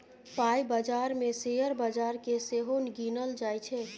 पाइ बजार मे शेयर बजार केँ सेहो गिनल जाइ छै